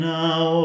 now